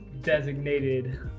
designated